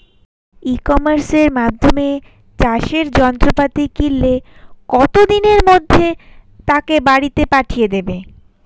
ই কমার্সের মাধ্যমে চাষের যন্ত্রপাতি কিনলে কত দিনের মধ্যে তাকে বাড়ীতে পাঠিয়ে দেবে?